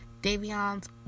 Davion's